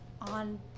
on